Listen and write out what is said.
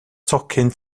tocyn